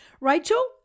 Rachel